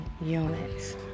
units